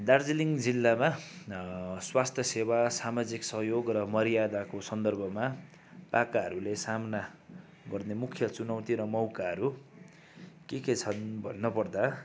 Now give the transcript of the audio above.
दार्जिलिङ जिल्लामा स्वास्थ्य सेवा सामाजिक सहयोग र मर्यादाको सन्दर्भमा पाकाहरूले सामना गर्ने मुख्य चुनौती र मौकाहरू के के छन् भन्नपर्दा